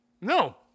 No